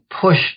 push